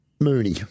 Mooney